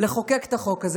לחוקק את החוק הזה.